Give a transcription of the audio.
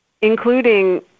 including